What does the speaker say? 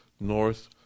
North